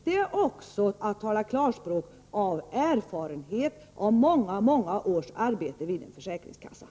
Det är också att tala klarspråk av erfarenhet av många års arbete i försäkringskassan.